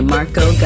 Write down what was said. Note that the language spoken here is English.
Marco